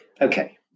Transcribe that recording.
Okay